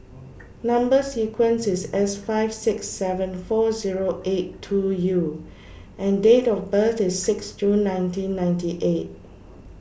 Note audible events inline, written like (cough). (noise) Number sequence IS S five six seven four Zero eight two U and Date of birth IS six June nineteen ninety eight